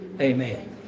Amen